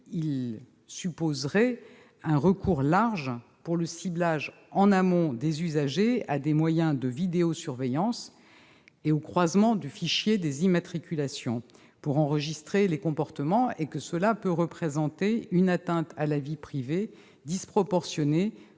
il supposerait un recours large, pour le ciblage en amont des usagers, à des moyens de vidéosurveillance et au croisement du fichier des immatriculations pour enregistrer les comportements. Cela peut représenter une atteinte à la vie privée disproportionnée